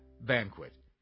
Banquet